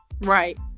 Right